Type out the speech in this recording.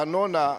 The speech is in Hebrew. ארנונה,